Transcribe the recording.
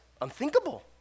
unthinkable